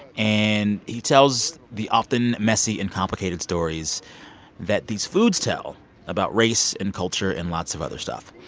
and he tells the often messy and complicated stories that these foods tell about race and culture and lots of other stuff.